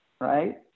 Right